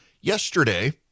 Yesterday